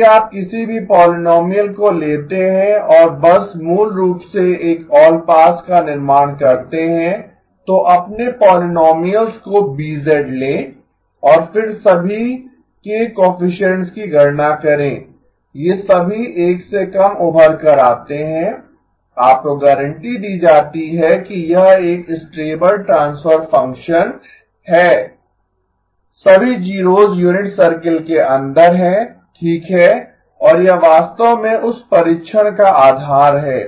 यदि आप किसी भी पोलीनोमीअल को लेते हैं और बस मूल रूप से एक ऑलपास का निर्माण करते हैं तो अपने पोलीनोमीअल्स को B लें और फिर सभी k कोएफिसिएन्ट्स की गणना करें ये सभी 1 से कम उभर कर आतें हैं आपको गारंटी दी जाती है कि यह एक स्टेबल ट्रांसफर फंक्शन है सभी जीरोस यूनिट सर्कल के अंदर हैं ठीक है और यह वास्तव में उस परीक्षण का आधार है